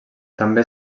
també